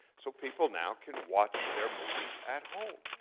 so people now, can watch their movies at home.